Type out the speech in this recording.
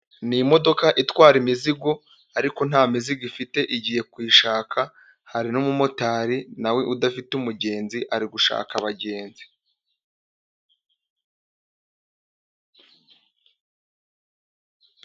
Ni imodoka itwara imizigo, ariko nta mizigo ifite igiye kuyishaka, hari n'umumotari nawe udafite umugenzi ari gushaka abagenzi.